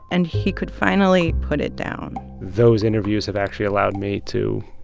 and he could finally put it down those interviews have actually allowed me to